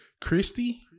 Christy